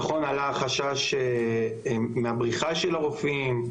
נכון, עלה החשש מהבריחה של הרופאים,